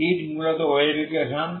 hit মূলত wave equation